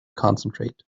concentrate